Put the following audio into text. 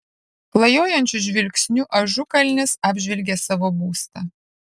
klajojančiu žvilgsniu ažukalnis apžvelgė savo būstą